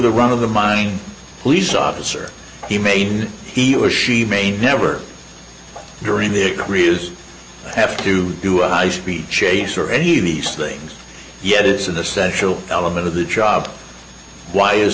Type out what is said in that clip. the run of the mind police officer the main he or she may never during their careers have to do a high speed chase or any of these things yet it's an essential element of the job why is